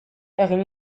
egin